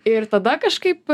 ir tada kažkaip